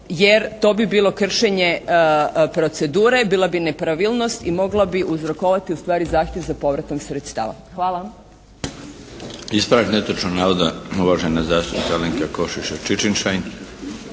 Jer to bi bilo kršenje procedure, bila bi nepravilnost i mogla bi uzrokovati ustvari zahtjev za povratom sredstava. Hvala. **Milinović, Darko (HDZ)** Ispravak netočnog navoda, uvažena zastupnica Alenka Košiša Čičin-Šain.